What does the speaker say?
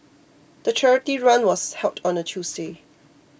the charity run was held on a Tuesday